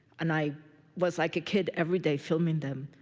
and i was like a kid everyday filming them.